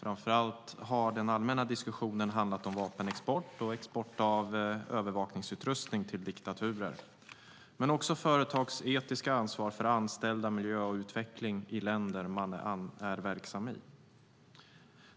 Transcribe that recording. Den allmänna diskussionen har framför allt handlat om vapenexport och export av övervakningsutrustning till diktaturer, men den har också handlat om företagsetiskt ansvar för anställda, miljö och utveckling i länder man är verksam i.